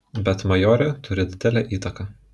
bet majorė turi didelę įtaką